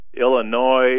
Illinois